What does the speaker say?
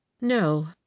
No